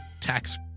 tax